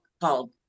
called